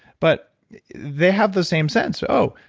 but they have the same sense. oh,